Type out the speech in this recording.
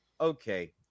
Okay